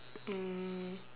um